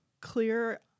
clear